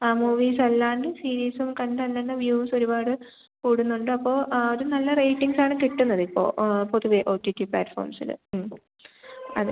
ആ മൂവീസല്ലാണ്ട് സിരീസും കണ്ട് അന്നുതന്നെ വ്യൂസ് ഒരുപാട് കൂടുന്നുണ്ട് അപ്പോൾ ആതും നല്ല റേറ്റിംഗ്സാണ് കിട്ടുന്നത് ഇപ്പോൾ പൊതുവെ ഒ ടി ടി പ്ലാറ്റ്ഫോംസിൽ അതെ